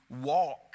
walk